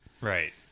Right